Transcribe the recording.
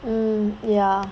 mm ya